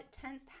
tense